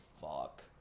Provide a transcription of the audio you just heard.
fuck